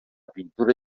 pintura